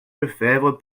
lefebvre